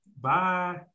Bye